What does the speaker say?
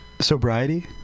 Sobriety